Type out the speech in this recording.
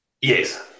Yes